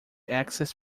access